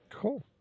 cool